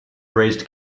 raised